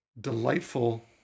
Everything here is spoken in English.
delightful